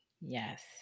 Yes